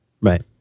right